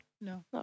No